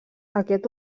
aquest